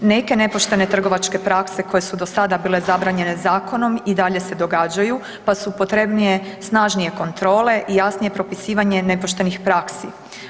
Neke nepoštene trgovačke prakse koje su do sada bile zabranjene zakonom, i dalje se događaju pa su potrebnije snažnije kontrole i jasnije propisivanje nepoštenih praksi.